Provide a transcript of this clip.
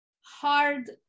hard